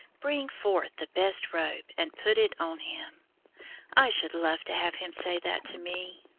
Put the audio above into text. bring forth the best robe, and put it on him i should love to have him say that to me.